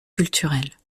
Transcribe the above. culturelles